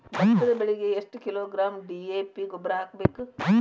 ಭತ್ತದ ಬೆಳಿಗೆ ಎಷ್ಟ ಕಿಲೋಗ್ರಾಂ ಡಿ.ಎ.ಪಿ ಗೊಬ್ಬರ ಹಾಕ್ಬೇಕ?